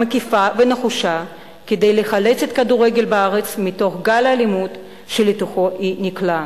מקיפה ונחושה כדי לחלץ את הכדורגל בארץ מתוך גל האלימות שלתוכו נקלע,